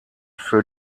für